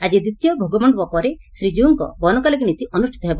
ଆଜି ଦିତୀୟ ଭୋଗମଣ୍ଡପ ପରେ ଶ୍ରୀଜୀଉଙ୍କ ବନକଲାଗି ନୀତି ଅନୁଷିତ ହେବ